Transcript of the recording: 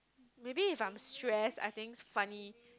maybe if I am stress I think funny